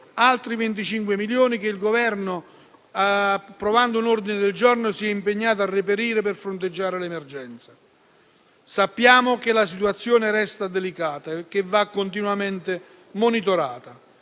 altri 25 milioni che il Governo, approvando un ordine del giorno, si è impegnato a reperire per fronteggiare l'emergenza. Sappiamo che la situazione resta delicata e va continuamente monitorata,